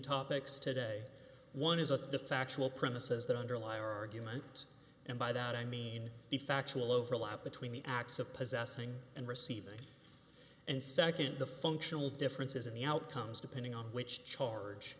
topics today one is what the factual premises that underlie argument and by that i mean the factual overlap between the acts of possessing and receiving and nd the functional differences in the outcomes depending on which charge